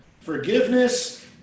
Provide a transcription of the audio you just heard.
Forgiveness